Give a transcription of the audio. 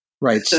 Right